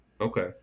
okay